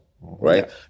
right